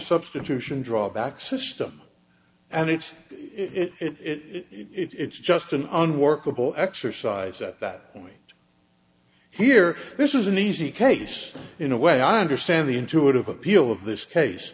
substitution drawback system and it's it it's just an unworkable exercise at that point here this is an easy case in a way i understand the intuitive appeal of this case